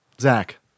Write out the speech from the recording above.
Zach